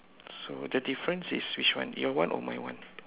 so the difference is which one your one or my one